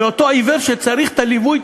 מאותו עיוור שצריך את הליווי,